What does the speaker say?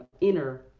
inner